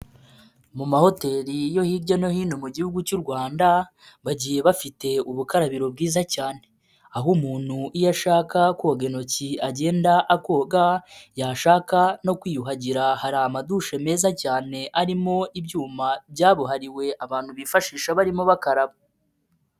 Mu mahoteli yo hirya no hino mu gihugu cy'u Rwanda, bagiye bafite ubukarabiro bwiza cyane, aho umuntu iyo ashaka koga intoki agenda akoga, yashaka no kwiyuhagira hari amadushe meza cyane arimo ibyuma byabuhariwe, abantu bifashisha barimo bakaraba.